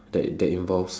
that that involves